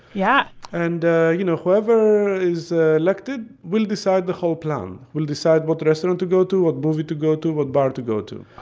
yeah. and you know, whoever is ah elected will decide the whole plan will decide what restaurant to go to, what movie to go to, what bar to go to.